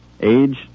Age